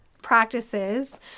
Practices